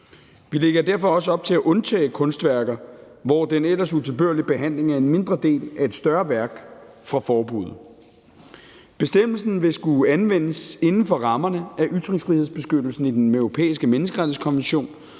Vi lægger derfor også op til at undtage kunstværker, hvor den ellers utilbørlige behandling er en mindre del af et større værk, for forbuddet. Bestemmelsen vil skulle anvendes inden for rammerne af ytringsfrihedsbeskyttelsen i Den Europæiske Menneskerettighedskonvention,